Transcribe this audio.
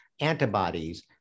antibodies